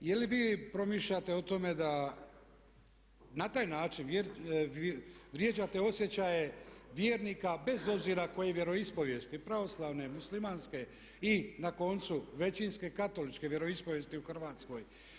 Je li vi promišljate o tome da na taj način vrijeđate osjećaje vjernika bez obzira koje je vjeroispovijesti, pravoslavne, muslimanske i na koncu većinske katoličke vjeroispovijesti u Hrvatskoj.